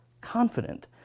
confident